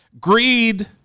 greed